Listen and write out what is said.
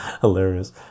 hilarious